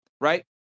right